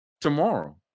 tomorrow